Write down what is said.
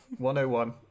101